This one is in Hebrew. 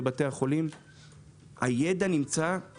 בתיקון סעיף 11